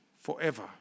forever